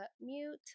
mute